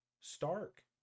stark